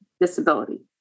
disability